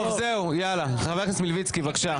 חבר הכנסת מלביצקי, בבקשה.